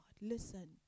Listen